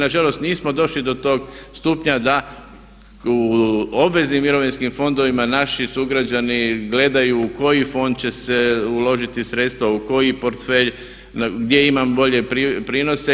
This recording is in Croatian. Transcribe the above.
Na žalost nismo došli do tog stupnja da u obveznim mirovinskim fondovima naši sugrađani gledaju u koji fond će se uložiti sredstva, u koji portfelj, gdje imam bolje prinose.